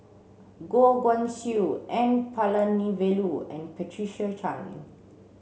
Goh Guan Siew N Palanivelu and Patricia Chan